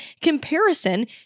comparison